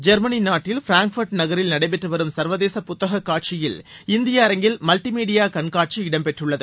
Germany நாட்டில் Frankfurt நகரில் நடைபெற்று வரும் சர்வதேச புத்தக காட்சியில் இந்திய அரங்கில் மல்டிமீடியா கண்காட்சி இடம்பெற்றுள்ளது